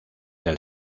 del